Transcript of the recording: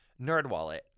NerdWallet